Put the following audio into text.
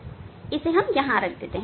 हां इसे हम यहांइस पर रख सकते हैं